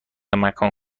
مکان